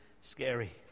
Scary